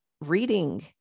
reading